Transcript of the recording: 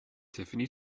tiffany